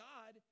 God